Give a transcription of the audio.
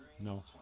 No